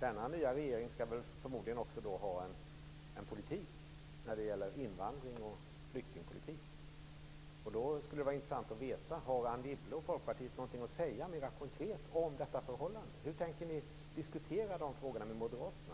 Denna nya regeringen skall väl förmodligen ha en flykting och invandringspolitik. Det skulle vara intressant att veta om Anne Wibble och Folkpartiet har något konkret att säga om detta förhållande. Hur tänker man diskutera de här frågorna med Moderaterna?